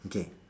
okay